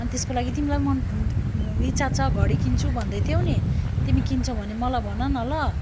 अनि त्यसको लागि तिमीलाई मन इच्छा छ घडी किन्छु भन्दै थियौ नि तिमी किन्छौ भने मलाई भन न ल